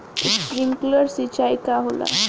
Sprinkler सिंचाई का होला?